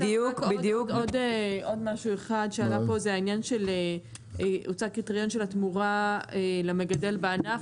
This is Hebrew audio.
עוד משהו אחד שעלה פה זה העניין שהוצע קריטריון של התמורה למגדל בענף,